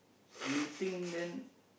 you think then